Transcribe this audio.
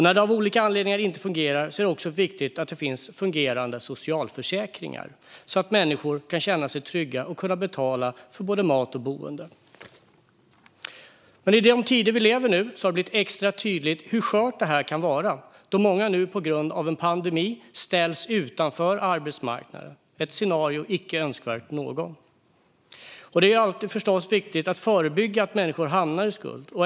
När det av olika anledningar inte fungerar är det viktigt att det finns fungerande socialförsäkringar så att människor kan känna sig trygga med att kunna betala för både mat och boende. I de tider vi lever nu har det blivit extra tydligt hur skört det här kan vara. Många har på grund av pandemin ställts utanför arbetsmarknaden. Det är ett scenario som inte är önskvärt för någon. Det är förstås alltid viktigt att förebygga att människor hamnar i skuld.